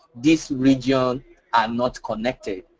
this region are not connected.